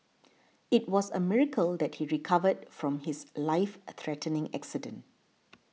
it was a miracle that he recovered from his life threatening accident